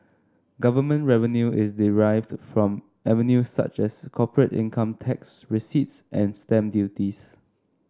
government revenue is derived from avenues such as corporate income tax receipts and stamp duties